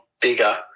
bigger